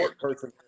person